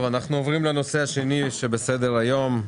אנחנו עוברים לנושא השני על סדר היום: